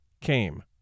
came